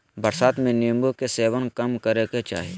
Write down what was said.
बरसात में नीम्बू के सेवन कम करे के चाही